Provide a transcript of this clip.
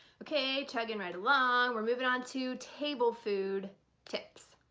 okay, chugging right along. we're moving on to table food tips.